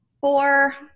four